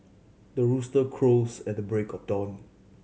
the rooster crows at the break of dawn